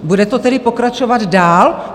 Bude to tedy pokračovat dál?